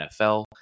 NFL